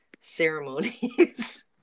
ceremonies